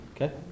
Okay